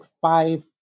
five